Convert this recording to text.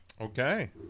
Okay